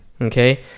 Okay